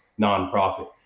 nonprofit